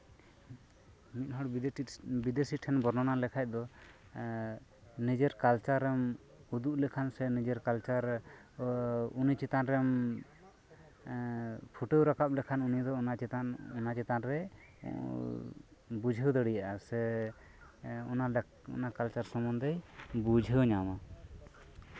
ᱢᱤᱫᱦᱚᱲ ᱵᱤᱫᱮᱥᱤ ᱴᱷᱮᱱ ᱵᱚᱨᱱᱚᱱᱟ ᱞᱮᱠᱷᱟᱱ ᱫᱚ ᱱᱤᱡᱮᱨ ᱠᱟᱞᱪᱟᱨ ᱮᱢ ᱩᱫᱩᱜ ᱞᱮᱠᱷᱟᱱ ᱥᱮ ᱱᱤᱡᱮᱨ ᱠᱟᱞᱪᱟᱨ ᱩᱱᱤ ᱪᱮᱛᱟᱱ ᱨᱮᱢ ᱯᱷᱩᱴᱟᱹᱣ ᱨᱟᱠᱟᱵᱽ ᱞᱮᱠᱷᱟᱱ ᱩᱱᱤ ᱫᱚ ᱚᱱᱟ ᱪᱮᱛᱟᱱ ᱨᱮ ᱵᱩᱡᱷᱟᱹᱣ ᱫᱟᱲᱮᱭᱟᱜᱼᱟ ᱥᱮ ᱚᱱᱟ ᱠᱟᱞᱪᱟᱨ ᱥᱚᱢᱚᱱᱫᱷᱮᱭ ᱵᱩᱡᱷᱟᱹᱣ ᱧᱟᱢᱟ